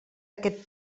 aquest